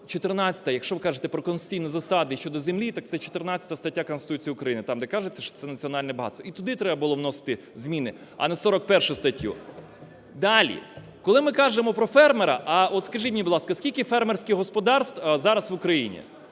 14-а, якщо ви кажете про конституційні засади щодо землі, так це 14 стаття Конституції України, там, де кажеться, що це національне багатство. І туди треба було вносити зміни, а не в 41 статтю. Далі. Коли ми кажемо про фермера, а, от, скажіть мені, будь ласка, скільки фермерських господарств зараз в Україні?